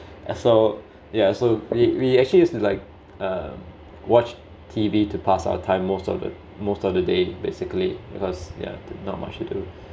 so yeah so we we actually used to like uh watch T_V to pass our time most of the most of the day basically because yeah not much to do